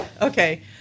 Okay